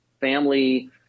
family